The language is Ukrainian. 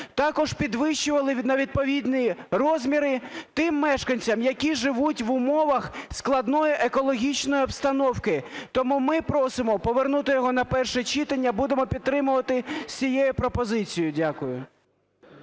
також підвищували на відповідні розміри тим мешканцям, які живуть в умовах складної екологічної обстановки. Тому ми просимо повернути його на перше читання. Будемо підтримувати з цією пропозицією. Дякую.